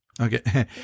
okay